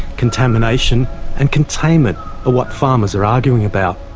contamination and containment are what farmers are arguing about.